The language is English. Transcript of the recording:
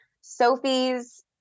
Sophie's